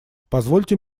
позвольте